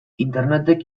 internetek